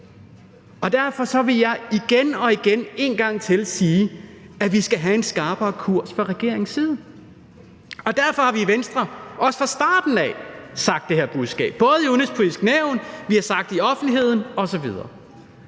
Derfor vil jeg igen og igen og en gang til sige, at vi skal have en skarpere kurs fra regeringens side, og derfor har vi i Venstre også fra starten af haft det her budskab både i Det Udenrigspolitiske Nævn og i offentligheden osv.